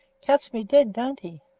cuts me dead, don't he?